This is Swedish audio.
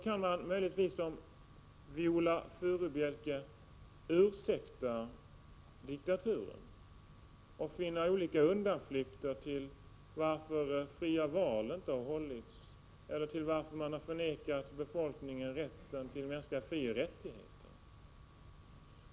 Man kan möjligtvis, som Viola Furubjelke gör, ursäkta diktaturen och finna olika undanflykter för att fria val inte har hållits eller för att befolkningen har förvägrats mänskliga frioch rättigheter.